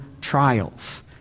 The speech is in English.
trials